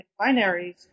binaries